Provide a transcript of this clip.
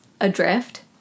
adrift